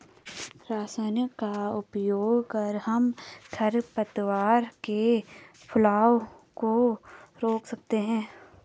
रसायनों का उपयोग कर हम खरपतवार के फैलाव को रोक सकते हैं